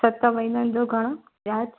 सत महीनन ॼो घणो ब्याज